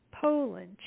Poland